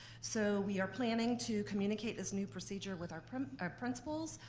so we are planning to communicate this new procedure with our our principals,